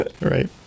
Right